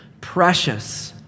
Precious